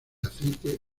aceite